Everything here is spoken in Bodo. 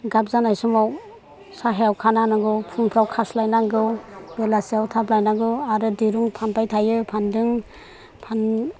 गाब जानाय समाव सायायाव खाना होनांगौ फुंफ्राव खास्लाय नांगौ बेलासियाव थाब लानांगौ आरो दिरुं फानबाय थायो फानदों